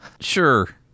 sure